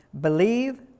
believe